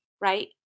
right